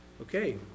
Okay